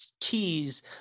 keys